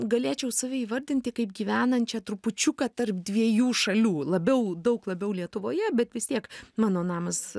galėčiau save įvardinti kaip gyvenančią trupučiuką tarp dviejų šalių labiau daug labiau lietuvoje bet vis tiek mano namas